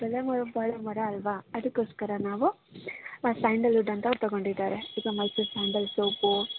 ಬೆಲೆ ಮಳ್ ಬಾಳೋ ಮರ ಅಲ್ವಾ ಅದಕ್ಕೋಸ್ಕರ ನಾವು ಸ್ಯಾಂಡಲ್ವುಡ್ ಅಂತ ಅವ್ರು ತಗೊಂಡಿದ್ದಾರೆ ಈಗ ಮೈಸೂರ್ ಸ್ಯಾಂಡಲ್ ಸೋಪು